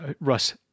Russ